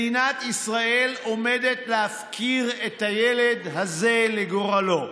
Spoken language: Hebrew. מדינת ישראל עומדת להפקיר את הילד הזה לגורלו.